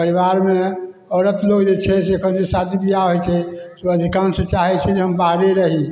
परिवारमे औरत लोग जे छै से एखन जे शादी विवाह होइ छै तऽ अधिकांश चाहै छै जे हम बाहरे रही